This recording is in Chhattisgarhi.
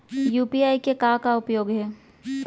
यू.पी.आई के का उपयोग हे?